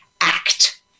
act